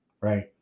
Right